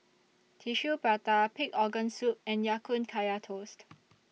Tissue Prata Pig Organ Soup and Ya Kun Kaya Toast